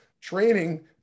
training